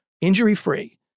injury-free